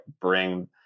bring